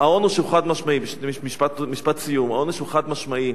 משפט סיום: העונש הוא חד-משמעי.